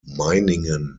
meiningen